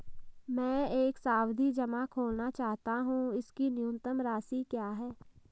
मैं एक सावधि जमा खोलना चाहता हूं इसकी न्यूनतम राशि क्या है?